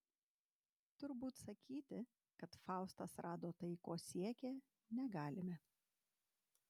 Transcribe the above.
turbūt sakyti kad faustas rado tai ko siekė negalime